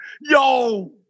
yo